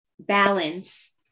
balance